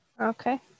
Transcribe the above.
Okay